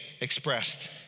expressed